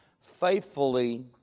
faithfully